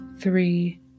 three